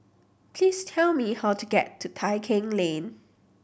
please tell me how to get to Tai Keng Lane